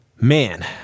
man